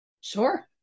sure